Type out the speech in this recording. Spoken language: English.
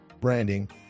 branding